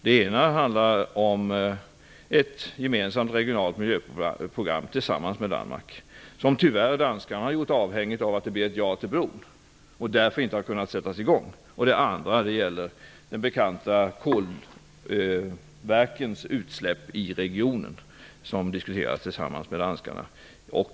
Den ena utredningen skall utarbeta ett gemensamt regionalt miljöprogram. Tyvärr har danskarna gjort detta avhängigt av att det blir ett ja till bron. Därför har denna utredning inte kunnat sättas i gång. Den andra utredningen gäller de bekanta kolverkens utsläpp i regionen och